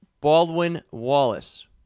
Baldwin-Wallace